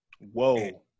Whoa